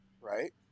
right